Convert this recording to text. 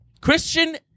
Christian